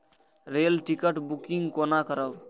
Rail ticket booking कोना करब?